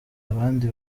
abandi